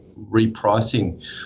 repricing